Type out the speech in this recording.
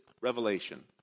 revelation